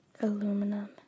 Aluminum